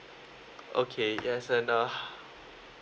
okay yes and uh